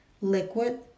liquid